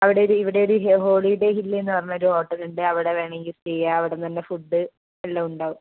അവിടൊരു ഇവിടൊരു Holiday Hill എന്ന് പറഞ്ഞൊരു ഹോട്ടല് ഉണ്ട് അവിടെ വേണമെങ്കിൽ സ്റ്റേ ചെയ്യാം അവിടുന്നുതന്നെ ഫുഡ് എല്ലാം ഉണ്ടാകും